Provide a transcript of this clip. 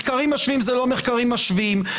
מחקרים משווים זה לא מחקרים משווים,